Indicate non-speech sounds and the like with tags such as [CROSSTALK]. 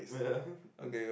yeah [LAUGHS]